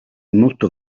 molto